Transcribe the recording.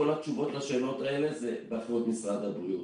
כל התשובות לשאלות האלה זה באחריות משרד הבריאות.